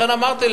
לכן אמרתי,